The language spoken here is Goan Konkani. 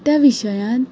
त्या विशयान